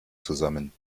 zusammen